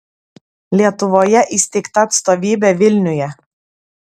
lietuvoje įsteigta atstovybė vilniuje